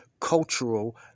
cultural